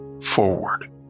forward